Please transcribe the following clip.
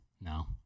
No